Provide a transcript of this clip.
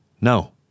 No